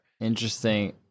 Interesting